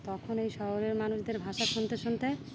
তখন এই শহরের মানুষদের ভাষা শুনতে শুনতে